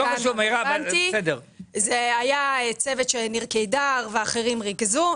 זה היה צוות שניר קידר ואחרים ריכזו,